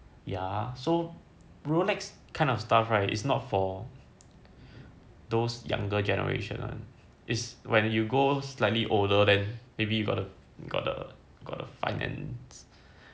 ya so rolex kind of stuff right it's not for those younger generation [one] it's when you go slightly older then maybe you got the got the got the finance to